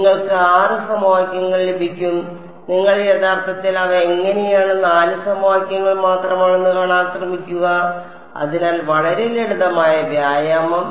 നിങ്ങൾക്ക് 6 സമവാക്യങ്ങൾ ലഭിക്കും നിങ്ങൾ യഥാർത്ഥത്തിൽ അവ എങ്ങനെയാണ് 4 സമവാക്യങ്ങൾ മാത്രമാണെന്ന് കാണാൻ ശ്രമിക്കുക അതിനാൽ വളരെ ലളിതമായ വ്യായാമം